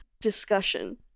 discussion